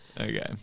Okay